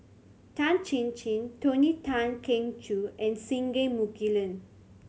Tan Chin Chin Tony Tan Keng Joo and Singai Mukilan